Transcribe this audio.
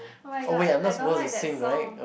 oh-my-god I don't like that song